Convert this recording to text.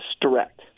direct